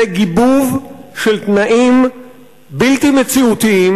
זה גיבוב של תנאים בלתי מציאותיים,